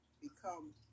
become